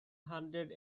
hundred